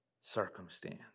circumstance